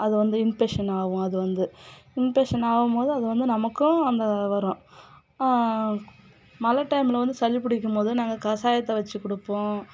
அது வந்து இன்ஃபெக்ஷன் ஆகும் அது வந்து இன்ஃபெக்ஷன் ஆகும் போது அது வந்து நமக்கும் அந்த வரும் மழை டைமில் வந்து சளி பிடிக்கும் போது நாங்கள் கஷாயத்த வெச்சுக் கொடுப்போம்